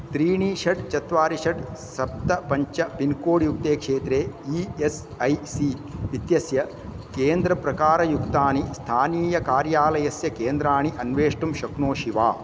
त्रीणि षट् चत्वारि षट् सप्त पञ्च पिन् कोड् युक्ते क्षेत्रे ई एस् ऐ सी इत्यस्य केन्द्रप्रकारयुक्तानि स्थानीयकार्यालयस्य केन्द्राणि अन्वेष्टुं शक्नोषि वा